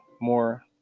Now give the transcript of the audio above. more